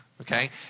Okay